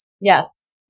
Yes